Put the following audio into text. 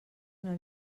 una